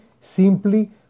simply